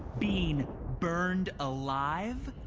being burned alive?